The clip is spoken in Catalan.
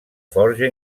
forja